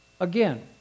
Again